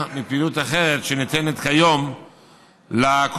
מפעילות אחרת שניתנת כיום לקונסרבטוריונים.